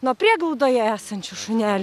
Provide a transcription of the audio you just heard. nuo prieglaudoje esančių šunelių